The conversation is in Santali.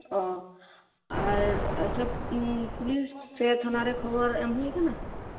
ᱚ ᱟᱨ ᱟᱪᱪᱷᱟ ᱯᱩᱞᱤᱥ ᱥᱮ ᱛᱷᱟᱱᱟ ᱨᱮ ᱠᱷᱚᱵᱚᱨ ᱮᱢ ᱦᱩᱭ ᱟᱠᱟᱱᱟ